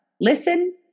listen